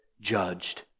judged